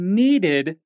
needed